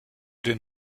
den